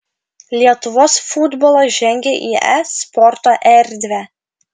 lietuvos futbolas žengia į e sporto erdvę